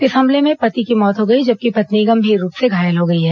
इस हमले में पति की मौत हो गई जबकि पत्नी गंभीर रूप से घायल हो गई है